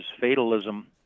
fatalism